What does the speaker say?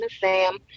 Sam